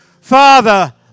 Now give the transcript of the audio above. Father